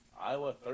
Iowa